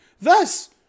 Thus